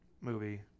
movie